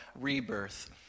rebirth